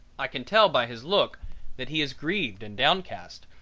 i can tell by his look that he is grieved and downcast,